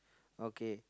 okay